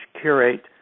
curate